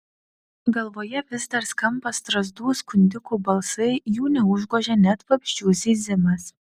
galvoje vis dar skamba strazdų skundikų balsai jų neužgožia net vabzdžių zyzimas